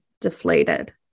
deflated